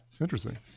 Interesting